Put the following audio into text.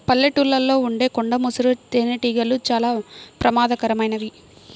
పల్లెటూళ్ళలో ఉండే కొండ ముసురు తేనెటీగలు చాలా ప్రమాదకరమైనవి